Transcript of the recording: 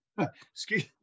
excuse